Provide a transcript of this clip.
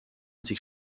sich